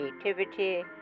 creativity